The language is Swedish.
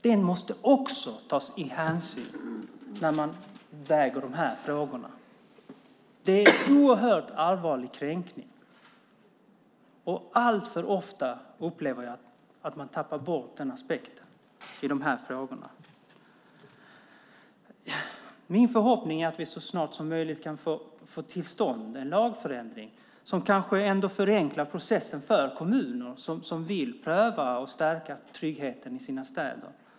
Det måste man också ta hänsyn till när man väger de här frågorna. Det handlar om en oerhört allvarlig kränkning. Jag upplever att man alltför ofta tappar bort den aspekten i de här frågorna. Min förhoppning är att vi så snart som möjligt kan få till stånd en lagförändring som kanske förenklar processen för kommuner som vill pröva att stärka tryggheten i sina städer.